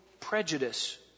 prejudice